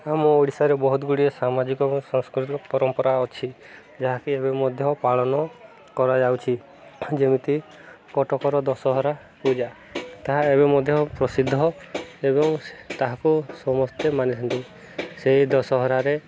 ଆମ ଓଡ଼ିଶାରେ ବହୁତ ଗୁଡ଼ିଏ ସାମାଜିକ ଏବଂ ସାଂସ୍କୃତିକ ପରମ୍ପରା ଅଛି ଯାହାକି ଏବେ ମଧ୍ୟ ପାଳନ କରାଯାଉଛି ଯେମିତି କଟକର ଦଶହରା ପୂଜା ତାହା ଏବେ ମଧ୍ୟ ପ୍ରସିଦ୍ଧ ଏବଂ ତାହାକୁ ସମସ୍ତେ ମାନିଛନ୍ତି ସେହି ଦଶହରାରେ